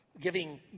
giving